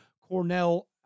Cornell